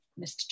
Mr